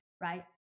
right